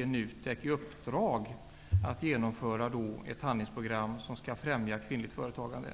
NUTEK i uppdrag att genomföra ett handlingsprogram som främjar kvinnligt företagande.